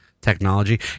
technology